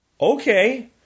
Okay